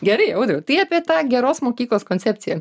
gerai audriau tai apie tą geros mokyklos koncepciją